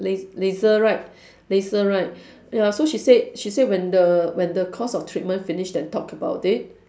las~ laser right laser right ya so she said she said when the when the course of treatment finished then talk about it